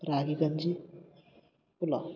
ರಾಗಿ ಗಂಜಿ ಪಲಾವ್